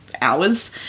hours